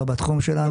לא בתחום שלנו.